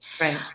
Right